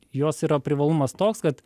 jos yra privalumas toks kad